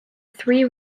three